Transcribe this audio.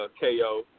KO